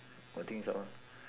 what thing sour